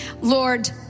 Lord